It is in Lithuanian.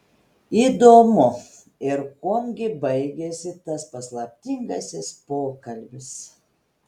įdomu ir kuom gi baigėsi tas paslaptingasis pokalbis